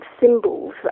symbols